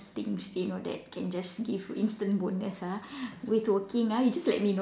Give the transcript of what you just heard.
things you know that can just give instant bonus ah with working ah you just let me know